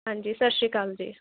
ਹਾਂਜੀ ਸਤਿ ਸ਼੍ਰੀ ਅਕਾਲ ਜੀ